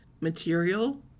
material